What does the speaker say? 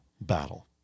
battle